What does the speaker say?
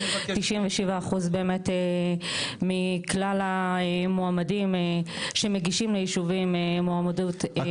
97% באמת מכלל המועמדים שמגישים לישובים מועמדות מתקבלים.